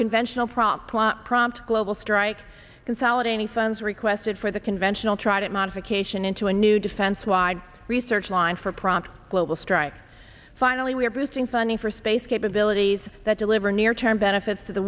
conventional prompt plot prompt global strike consolidating funds requested for the conventional try to modification into a new defense wide research line for prompt global strike finally we're boosting funding for space capabilities that deliver near term benefits to the